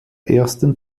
ersten